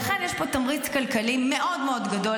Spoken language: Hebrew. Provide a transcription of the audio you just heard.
לכן יש פה תמריץ כלכלי מאוד מאוד גדול